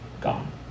gone